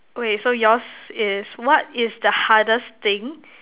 okay so yours is what is the hardest thing